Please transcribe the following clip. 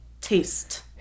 taste